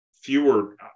fewer